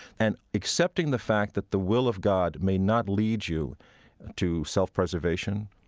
and accepting the fact that the will of god may not lead you to self-preservation,